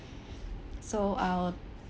so I'll